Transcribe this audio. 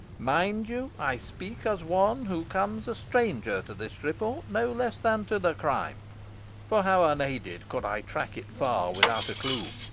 mind you, i speak as one who comes a stranger to this report, no less than to the crime for how unaided could i track it far without a clue?